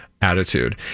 attitude